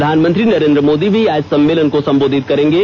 प्रधानमंत्री नरेंद्र मोदी भी आज सम्मेलन को संबोधित करेंगे